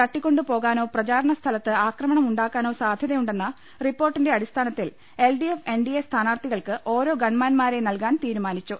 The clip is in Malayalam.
തട്ടിക്കൊണ്ടുപോ കാനോ പ്രചാരണസ്ഥലത്ത് ആക്രമണം ഉണ്ടാക്കാനോ സാധ്യത ഉണ്ടെന്ന റിപ്പോർട്ടിന്റെ അടിസ്ഥാനത്തിൽ L D F N D A സ്ഥാനാർത്ഥികൾക്ക് ഓരോ ഗൺമാൻമാരെ നൽകാൻ തീരുമാനിച്ചു